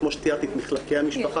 שכמו שתיארתי את מחלקי המשפחה,